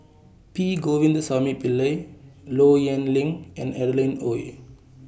P Govindasamy Pillai Low Yen Ling and Adeline Ooi